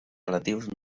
relatius